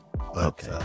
Okay